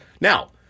Now